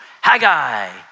Haggai